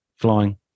flying